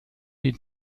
den